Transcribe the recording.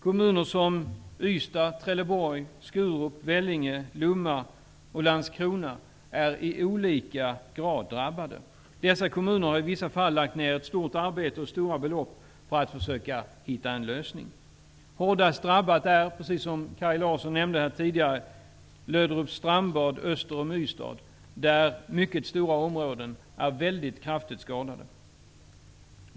Kommuner som Landskrona är i olika grad drabbade. Dessa kommuner har i vissa fall lagt ner ett stort arbete och stora belopp på att försöka hitta en lösning. Hårdast drabbat är, precis som Kaj Larsson nämnde tidigare, Löderups strandbad öster om Ystad, där mycket stora områden är väldigt kraftigt skadade.